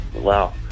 Wow